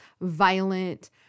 violent